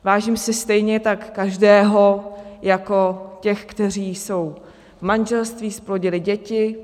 Vážím si stejně tak každého jako těch, kteří jsou v manželství, zplodili děti.